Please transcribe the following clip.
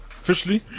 officially